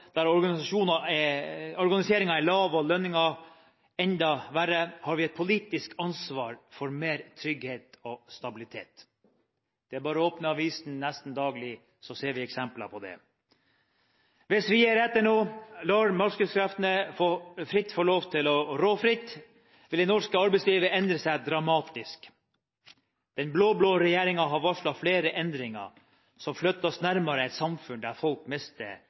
der organiseringen er lav og lønningen enda verre, har vi et ansvar politisk for mer trygghet og stabilitet. Det er bare å åpne avisen – nesten daglig ser vi eksempler på dette. Hvis vi gir etter og lar markedskreftene få lov til å råde fritt, vil det norske arbeidslivet endre seg dramatisk. Den blå-blå regjeringen har varslet flere endringer som flytter oss nærmere et samfunn der folk mister